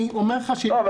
אני אומר לך ש --- לא,